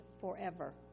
forever